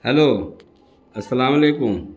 hello السلام علیکم